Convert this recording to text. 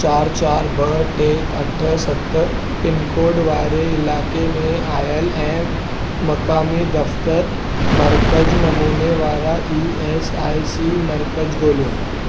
चार चार ॿ टे अठ सत पिनकोड वारे इलाइक़े में आयल ऐं मक़ामी दफ़्तरु मर्कज़ु नमूने वारा ई एस आइ सी मर्कज़ु ॻोल्हियो